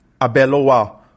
Abeloa